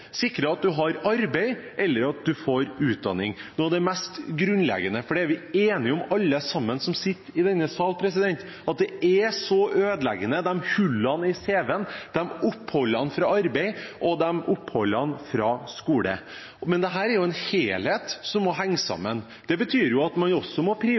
at man har arbeid, eller at man får utdanning. Dette er noe av det mest grunnleggende, for det er vi enige om, alle vi som sitter i denne salen: De er så ødeleggende, de hullene i CV-en, de oppholdene fra arbeid og de oppholdene fra skole. Men dette er en helhet som må henge sammen. Det betyr jo at man også må